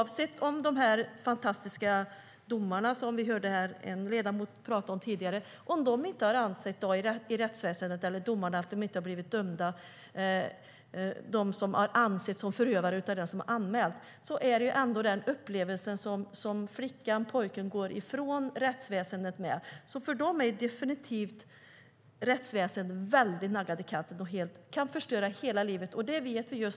Vi hörde tidigare en ledamot prata om de fantastiska domarna, där de som av anmälaren ansetts vara förövare inte har blivit dömda. Det är den upplevelse som flickan eller pojken går från rättsväsendet med. För dem är rättsväsendet definitivt naggat i kanten, och detta kan förstöra hela livet.